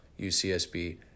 UCSB